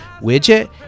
widget